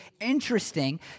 interesting